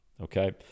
okay